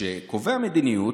שקובע המדיניות,